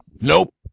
Nope